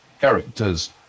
characters